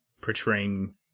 portraying